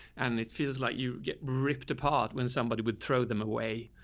and it feels like you get ripped apart when somebody would throw them away.